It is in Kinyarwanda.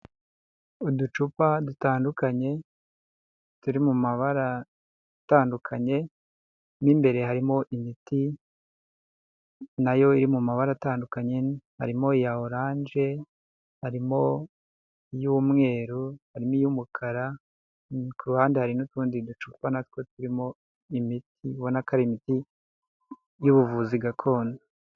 Uducupa dutandukanye turi mu mabara atandukanye, mo imbere harimo imiti nayo iri mu mabara atandukanye harimo iya oranje, harimo iy'umweru n'iy'umukara, ku ruhande hari n'utundi ducupa natwo turimo imiti ubona ko ari imiti y'ubuvuzi gakondo.